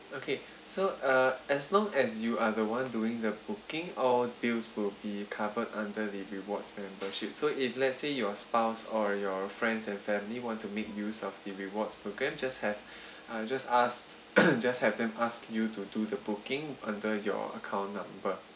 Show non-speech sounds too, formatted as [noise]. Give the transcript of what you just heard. okay [breath] so uh as long as you are the one doing the booking all bills will be covered under the rewards membership so if let's say your spouse or your friends and family want to make use of the rewards program just have [breath] uh just ask [coughs] just have them ask you to do the booking under your account number